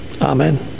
Amen